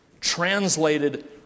translated